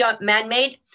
man-made